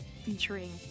featuring